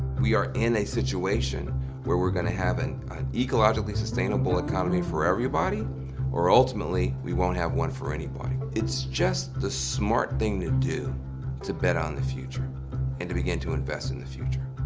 we are in a situation where we're going to have and an ecologically sustainable economy for everybody or ultimately we won't have one for anybody. it's just the smart thing to do to bet on the future and to being to invest in the future.